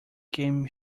game